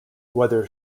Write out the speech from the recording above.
whether